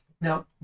Now